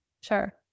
Sure